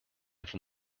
from